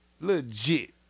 Legit